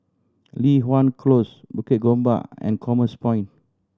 Li Hwan Close Bukit Gombak and Commerce Point